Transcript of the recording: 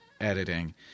editing